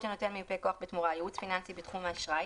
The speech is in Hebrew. שנותן מיופה כוח בתמורה הוא ייעוץ פיננסי בתחום האשראי,